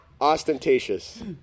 Ostentatious